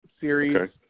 series